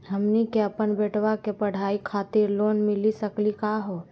हमनी के अपन बेटवा के पढाई खातीर लोन मिली सकली का हो?